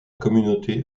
communauté